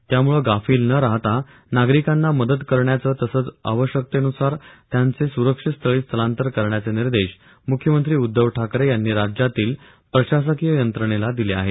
त्यामुळे गाफील न राहता नागरिकांना मदत करण्याचे तसंच आवश्यकतेनुसार त्यांचे सुरक्षित स्थळी स्थलांतर करण्याचे निर्देश म्ख्यमंत्री उद्धव ठाकरे यांनी राज्यातील प्रशासकीय यंत्रणेला दिले आहेत